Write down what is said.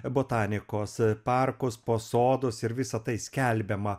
botanikos parkus po sodus ir visa tai skelbiama